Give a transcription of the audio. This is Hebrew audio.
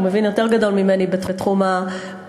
שהוא מבין יותר גדול ממני בתחום התשתיות,